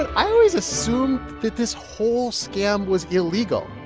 i always assumed that this whole scam was illegal.